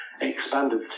expanded